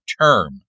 term